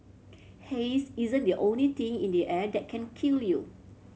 haze isn't the only thing in the air that can kill you